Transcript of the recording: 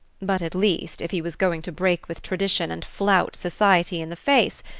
but at least, if he was going to break with tradition and flout society in the face,